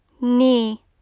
knee